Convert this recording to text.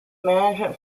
management